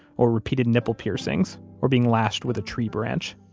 or repeated nipple piercings, or being lashed with a tree branch.